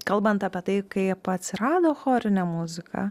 kalbant apie tai kaip atsirado chorinė muzika